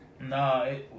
No